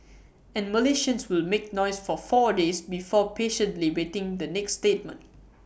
and Malaysians will make noise for four days before patiently waiting the next statement